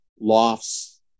lofts